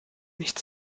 nicht